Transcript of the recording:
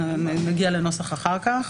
נגיע לנוסח המתאים אחר כך.